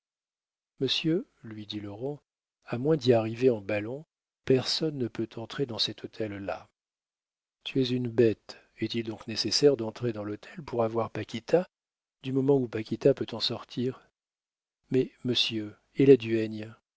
monsieur lui dit laurent à moins d'y arriver en ballon personne ne peut entrer dans cet hôtel là tu es une bête est-il donc nécessaire d'entrer dans l'hôtel pour avoir paquita du moment où paquita peut en sortir mais monsieur et la